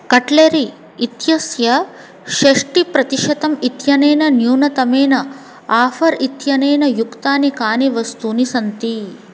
cutlery इत्यस्य षष्टिप्रतिशतम् इत्यनेन न्यूनतमेन आफ़र् इत्यनेन युक्तानि कानि वस्तूनि सन्ति